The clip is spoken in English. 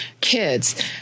Kids